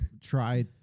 try